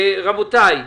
רבותי,